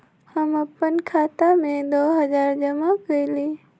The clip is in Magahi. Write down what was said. हम अपन खाता में दो हजार जमा कइली